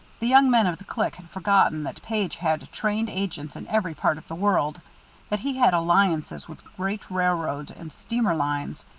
the young men of the clique had forgotten that page had trained agents in every part of the world that he had alliances with great railroad and steamer lines,